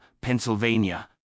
Pennsylvania